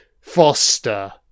Foster